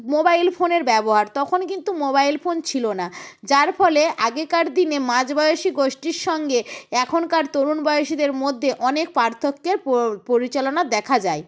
mobile ফোনের ব্যবহার তখন কিন্তু মোবাইল ফোন ছিলো না যার ফলে আগেকার দিনে মাঝ বয়সী গোষ্ঠীর সঙ্গে এখনকার তরুণ বয়সীদের মধ্যে অনেক পার্থক্যের পরিচালনা দেখা যায়